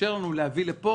שיתאפשר לנו להביא לפה